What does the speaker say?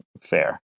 fair